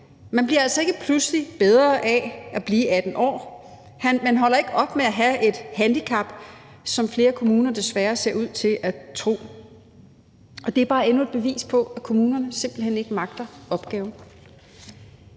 Man bliver altså ikke pludselig bedre af at blive 18 år; man holder ikke op med at have et handicap, hvilket flere kommuner desværre ser ud til at tro. Det er bare endnu et bevis på, at kommunerne simpelt hen ikke magter opgaven.